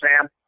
Sam